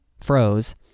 froze